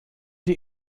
die